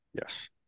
Yes